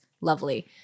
lovely